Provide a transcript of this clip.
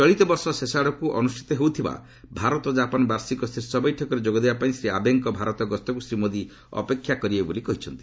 ଚଳିତ ବର୍ଷ ଶେଷ ଆଡ଼କୁ ଅନୁଷ୍ଠିତ ହେଉଥିବା ଭାରତ ଜାପାନ ବାର୍ଷିକ ଶୀର୍ଷ ବୈଠକରେ ଯୋଗ ଦେବାପାଇଁ ଶ୍ରୀ ଆବେଙ୍କ ଭାରତ ଗସ୍ତକୁ ଶ୍ରୀ ମୋଦି ଅପେକ୍ଷା କରିବେ ବୋଲି କହିଛନ୍ତି